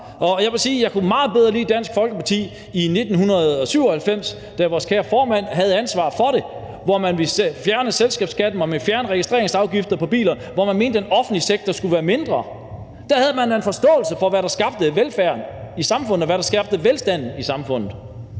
jeg kunne meget bedre lide Dansk Folkeparti i 1997, da vores kære formand havde ansvaret for det, hvor man ville fjerne selskabsskatten, fjerne registreringsafgiften på biler, hvor man mente, at den offentlige sektor skulle være mindre. Da havde man da en forståelse for, hvad der skabte velfærden i samfundet, hvad der skabte velstanden i samfundet.